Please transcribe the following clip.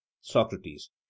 socrates